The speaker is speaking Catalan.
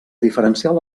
diferencial